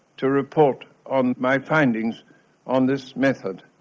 to report on my findings on this method,